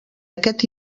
aquest